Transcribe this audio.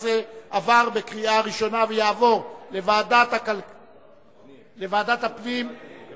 17) עברה בקריאה ראשונה, ותעבור לוועדת הפנים, לא